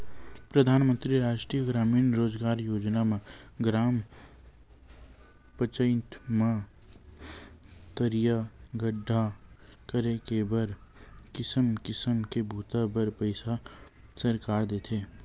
परधानमंतरी रास्टीय गरामीन रोजगार योजना म ग्राम पचईत म तरिया गड्ढ़ा करे के बर किसम किसम के बूता बर पइसा सरकार देथे